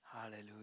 hallelujah